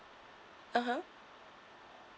(uh huh)